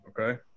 Okay